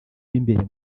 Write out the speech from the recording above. b’imbere